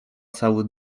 cały